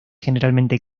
generalmente